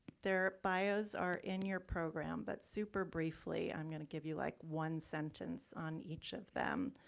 their bios are in your program, but super briefly, i'm gonna give you like one sentence on each of them.